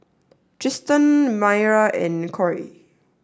Trystan Mayra and Corry